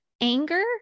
anger